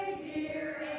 dear